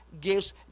gives